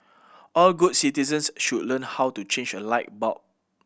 all good citizens should learn how to change a light bulb